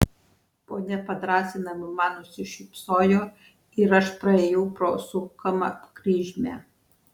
ponia padrąsinamai man nusišypsojo ir aš praėjau pro sukamą kryžmę